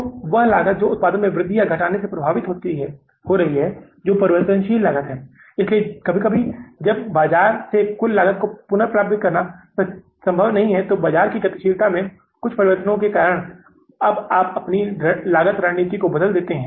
तो वह लागत जो उत्पादन में वृद्धि या घटने से प्रभावित हो रही है जो परिवर्तनीय लागत है इसलिए कभी कभी जब बाजार से कुल लागत को पुनर्प्राप्त करना संभव नहीं होता है तो बाजार की गतिशीलता में कुछ परिवर्तनों के कारण अब आप अपनी लागत रणनीति को बदलते हैं